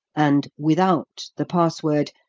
and, without the password,